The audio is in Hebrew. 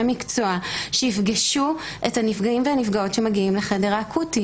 מקצוע שיפגשו את הנפגעים והנפגעות שמגיעים לחדר האקוטי.